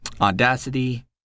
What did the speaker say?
Audacity